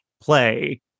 play